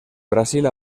brasil